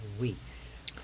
Weeks